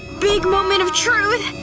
big moment of truth!